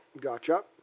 Gotcha